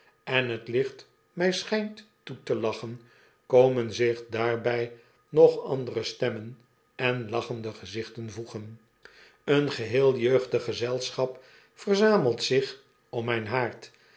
en het licht mij schgnt toe te lachen komen zich daarbij nog andere stemmen en lachende gezichten voegen een geheel jeugdig gezelschap verzamelt zich om myn haard